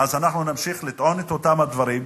אנחנו נמשיך לטעון את אותם הדברים,